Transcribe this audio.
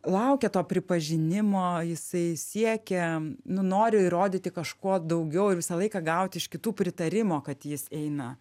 laukia to pripažinimo jisai siekia nu nori įrodyti kažko daugiau ir visą laiką gauti iš kitų pritarimo kad jis eina